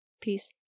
Peace